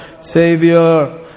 Savior